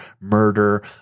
murder